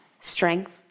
strength